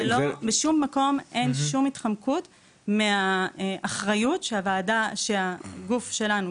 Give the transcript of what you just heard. בשום מקום אין שום התחמקות מהאחריות שהגוך שלנו,